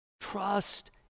Trust